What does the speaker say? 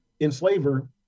enslaver